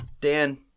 Dan